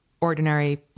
ordinary